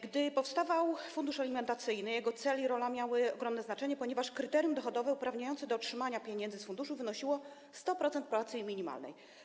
Gdy powstawał fundusz alimentacyjny, jego cel i rola miały ogromne znaczenie, ponieważ kryterium dochodowe uprawniające do otrzymania pieniędzy z funduszu wynosiło 100% płacy minimalnej.